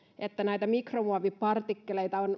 että näitä mikromuovipartikkeleita on